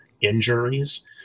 injuries